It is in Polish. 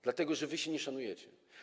Dlatego że wy się nie szanujecie.